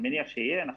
אני מניח שיהיה,